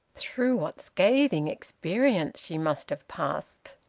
through what scathing experience she must have passed!